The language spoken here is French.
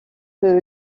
que